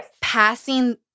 passing